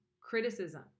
criticism